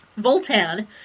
Voltan